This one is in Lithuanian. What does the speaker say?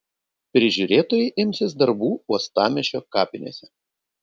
prižiūrėtojai imsis darbų uostamiesčio kapinėse